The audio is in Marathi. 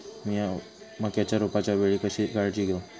मीया मक्याच्या रोपाच्या वेळी कशी काळजी घेव?